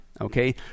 okay